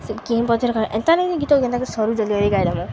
ସେ କିମ୍ଁ ପତିରେର ଏନ୍ତା ନକି ଗୀ ହକ ଏନ୍ତାକ ସରୁ ଜଲ୍ଦି ଜଲ୍ଦି ଗାଇଲେ ମୁଁ